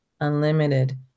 Unlimited